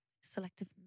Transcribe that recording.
Selective